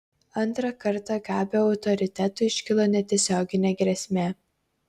antrą kartą gabio autoritetui iškilo netiesioginė grėsmė